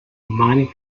mining